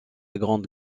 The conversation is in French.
grande